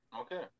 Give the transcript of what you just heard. okay